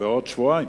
בעוד שבועיים.